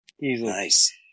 Nice